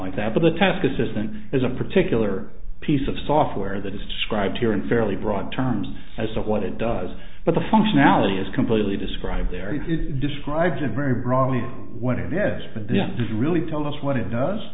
like that but the task assistant is a particular piece of software that is described here in fairly broad terms as to what it does but the functionality is completely described there if it describes it very broadly what it is but then this really tell us what it does